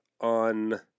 on